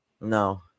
No